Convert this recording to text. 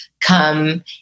come